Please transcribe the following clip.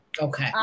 Okay